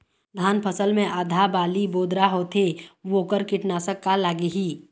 धान फसल मे आधा बाली बोदरा होथे वोकर कीटनाशक का लागिही?